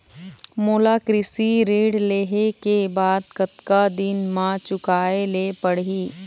मोला कृषि ऋण लेहे के बाद कतका दिन मा चुकाए ले पड़ही?